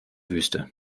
wüste